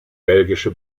belgische